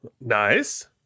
Nice